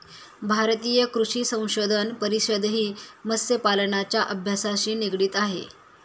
भारतीय कृषी संशोधन परिषदही मत्स्यपालनाच्या अभ्यासाशी निगडित आहे